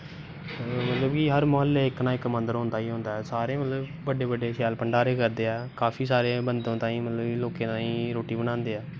एह्दा बी हर मोह्ल्लै इक ना इक मन्दर होंदा हा होंदा ऐ इक ना बड्डे बड्डे शैल भण्डारे करने ऐं काफी सारे बंदे तांई मतलव भण्डारे बनांदे ऐं